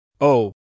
oh